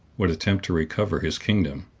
would attempt to recover his kingdom.